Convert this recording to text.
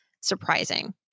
surprising